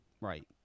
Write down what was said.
Right